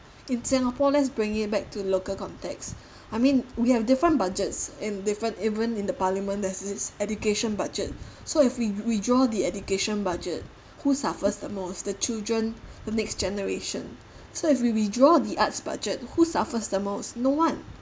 in singapore let's bring it back to local context I mean we have different budgets and different even in the parliament there's this education budget so if we withdraw the education budget who suffers the most the children the next generation so if we withdraw the arts budget who suffer the most no one